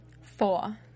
Four